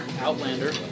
outlander